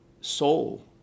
soul